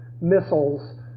missiles